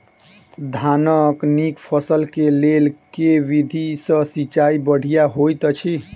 धानक नीक फसल केँ लेल केँ विधि सँ सिंचाई बढ़िया होइत अछि?